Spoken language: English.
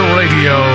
radio